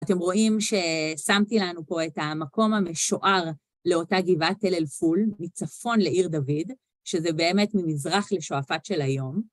אתם רואים ששמתי לנו פה את המקום המשוער לאותה גבעת ״תֵּל אֶל פוּל״, מצפון לעיר דוד, שזה באמת ממזרח לשועפט של היום.